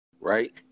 right